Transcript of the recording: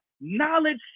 knowledge